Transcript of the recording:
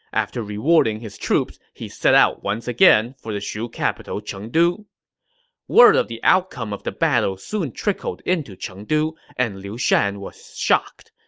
after rewarding his troops, he set out again for the shu capital chengdu word of the outcome of the battle soon trickled into chengdu, and liu shan was shocked.